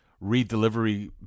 re-delivery